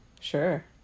Sure